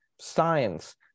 science